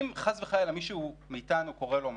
אם חס וחלילה למישהו מאתנו קורה משהו,